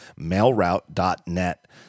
mailroute.net